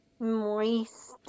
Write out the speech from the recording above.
Moist